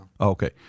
Okay